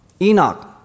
Enoch